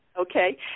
Okay